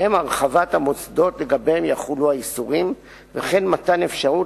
ובהם: הרחבת המוסדות שלגביהם יחולו האיסורים וכן מתן אפשרות